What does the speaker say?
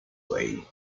way